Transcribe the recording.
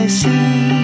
see